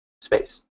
space